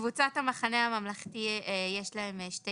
קבוצת המחנה הממלכתי, יש להם שתי